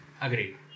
Agreed